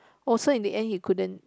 oh so in the end he couldn't